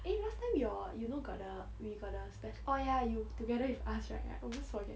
eh last time your you know got the we got the spec~ oh ya you together with us right I always forget